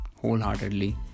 Wholeheartedly